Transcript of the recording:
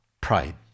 pride